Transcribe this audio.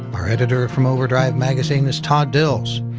our editor from overdrive magazine is todd dills.